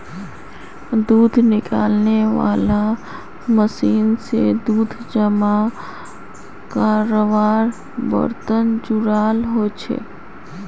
दूध निकालनेवाला मशीन से दूध जमा कारवार बर्तन जुराल होचे